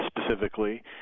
specifically